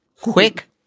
quick